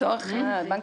נציגת בנק